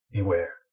Beware